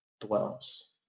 dwells